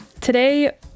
Today